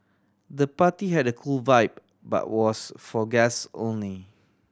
the party had a cool vibe but was for guests only